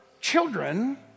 children